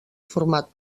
format